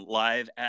live